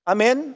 Amen